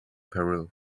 peru